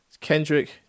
Kendrick